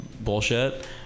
bullshit